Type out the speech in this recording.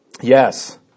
Yes